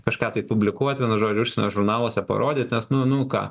kažką tai publikuot vienu žodžiu užsienio žurnaluose parodyt nes nu nu ką